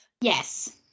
Yes